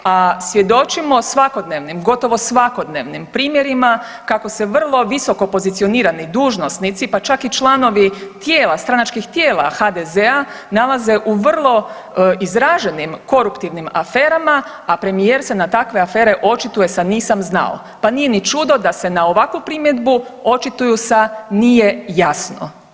A svjedočimo svakodnevnim, gotovo svakodnevnim primjerima kako se vrlo visoko pozicionirani dužnosnici pa čak i članovi tijela, stranačkih tijela HDZ-a nalaze u vrlo izraženim koruptivnim aferama, a premijer se na takve afere očituje sa nisam znao pa nije ni čudo da se na ovakvu primjedbu očituju sa nije jasno.